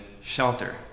shelter